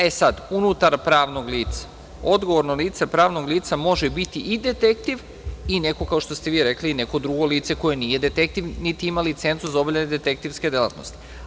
E, sad, unutar pravnog lica – odgovorno lice pravnog lica može biti i detektiv i neko drugo lice koje nije detektiv, niti ima licencu za obavljanje detektivske delatnosti.